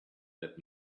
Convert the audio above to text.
that